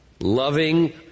loving